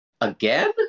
Again